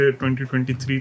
2023